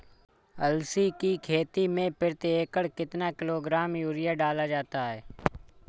अलसी की खेती में प्रति एकड़ कितना किलोग्राम यूरिया डाला जाता है?